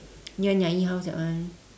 near nyai house that one